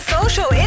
social